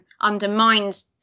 undermines